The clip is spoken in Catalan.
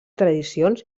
tradicions